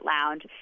lounge